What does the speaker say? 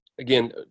Again